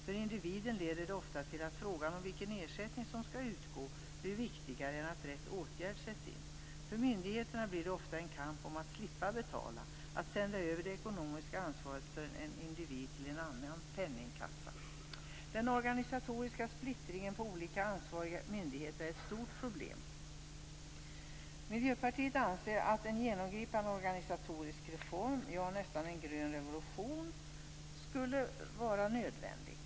För individen leder det ofta till att frågan om vilken ersättning som skall utgå blir viktigare än att rätt åtgärd sätts in. För myndigheterna blir det ofta en kamp om att slippa betala och att sända över det ekonomiska ansvaret för en individ till en annan penningkassa. Den organisatoriska splittringen på olika ansvariga myndigheter är ett stort problem. Miljöpartiet anser att en genomgripande organisatorisk reform, ja, nästan en grön revolution skulle vara nödvändig.